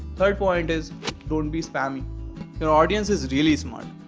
third point is don't be spammy your audience is really smart.